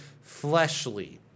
fleshly